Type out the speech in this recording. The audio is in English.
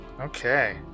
Okay